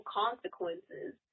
consequences